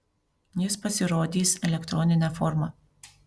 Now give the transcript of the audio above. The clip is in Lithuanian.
jis pasirodys elektronine forma